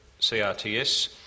CRTS